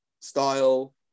style